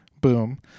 boom